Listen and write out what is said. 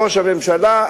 ראש הממשלה,